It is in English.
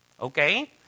Okay